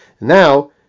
Now